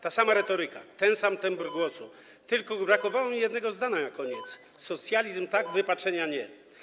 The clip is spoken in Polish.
Ta sama retoryka, ten sam tembr głosu, tylko brakowało mi jednego zdania na koniec: socjalizm - tak, wypaczenia - nie.